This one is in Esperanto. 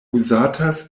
uzatas